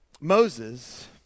Moses